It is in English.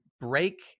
break